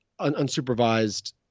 unsupervised